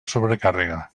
sobrecàrrega